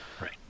Right